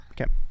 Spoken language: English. Okay